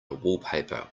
wallpaper